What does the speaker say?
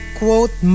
quote